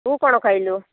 ତୁ କ'ଣ ଖାଇଲୁ